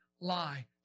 lie